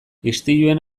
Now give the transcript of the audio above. istiluen